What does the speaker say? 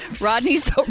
Rodney's